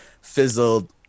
fizzled